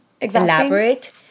Elaborate